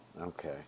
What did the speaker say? Okay